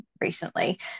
recently